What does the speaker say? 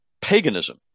paganism